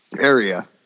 area